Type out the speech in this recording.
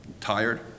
tired